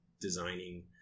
designing